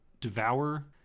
devour